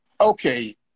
Okay